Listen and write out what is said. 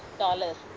dollars